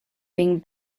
being